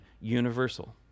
universal